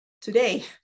today